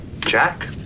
Jack